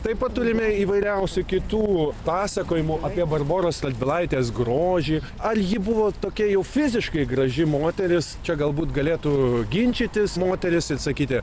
taip pat turime įvairiausių kitų pasakojimų apie barboros radvilaitės grožį ar ji buvo tokia jau fiziškai graži moteris čia galbūt galėtų ginčytis moterys ir sakyti